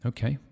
Okay